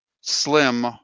slim